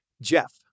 Jeff